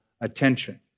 attention